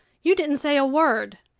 you didn't say a word.